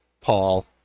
Paul